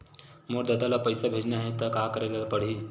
मोर ददा ल पईसा भेजना हे त का करे ल पड़हि?